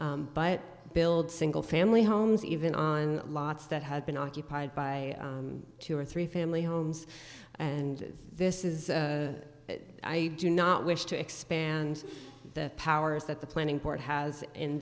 but build single family homes even on lots that had been occupied by two or three family homes and this is i do not wish to expand the powers that the planning court has in